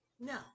no